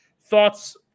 Thoughts